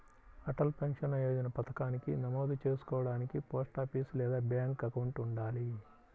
Atal pension Yojana పథకానికి నమోదు చేసుకోడానికి పోస్టాఫీస్ లేదా బ్యాంక్ అకౌంట్ ఉండాలి